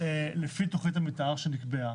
לפי תוכנית המתאר שנקבעה.